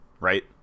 right